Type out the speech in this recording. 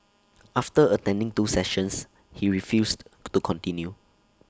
after attending two sessions he refused to continue